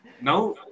Now